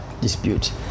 dispute